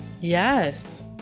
Yes